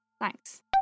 thanks